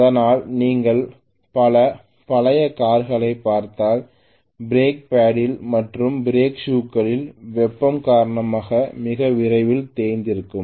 அதனால்தான் நீங்கள் பல பழைய கார்களைப் பார்த்தால் பிரேக் பேடில் மற்றும் பிரேக் ஷூக்களில் வெப்பம் காரணமாக மிக விரைவில் தேய்ந்திருக்கும்